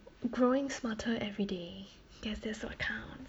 growing smarter everyday guess that's what counts